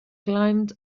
climbed